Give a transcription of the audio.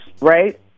right